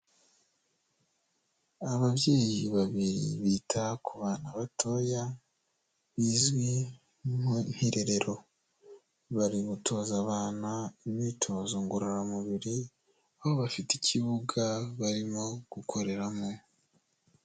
Ababyeyi babiri bita ku bana batoya bizwi nk'irerero, bari gutoza abana imyitozo ngororamubiri aho bafite ikibuga barimo gukoreramo.